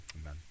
amen